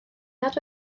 nad